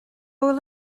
bhfuil